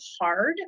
hard